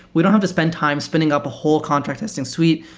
we don't want to spend time spinning up a whole contract testing suite.